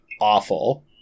awful